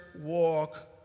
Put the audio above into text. walk